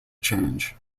change